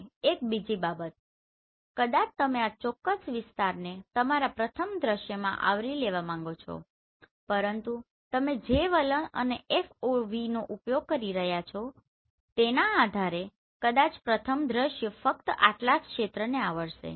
અને એક બીજી બાબત કદાચ તમે આ ચોક્કસ વિસ્તારને તમારા પ્રથમ દ્રશ્યમાં આવરી લેવા માગો છો પરંતુ તમે જે વલણ અને FOV નો ઉપયોગ કરી રહ્યા છો તેના આધારે કદાચ પ્રથમ દ્રશ્ય ફક્ત આટલા જ ક્ષેત્રને આવરશે